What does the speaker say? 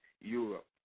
Europe